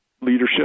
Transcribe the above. leadership